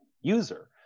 user